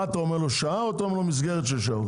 מה אתה אומר לו, שעה או מסגרת של שעות?